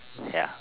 ya